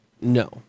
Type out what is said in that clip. No